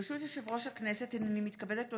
ברשות יושב-ראש הכנסת, הינני מתכבדת להודיעכם,